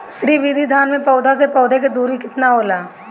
श्री विधि धान में पौधे से पौधे के दुरी केतना होला?